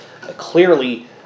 clearly